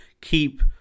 keep